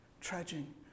trudging